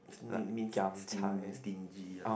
mean means stingy uh